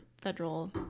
federal